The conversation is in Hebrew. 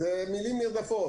אלה מילים נרדפות.